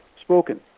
spoken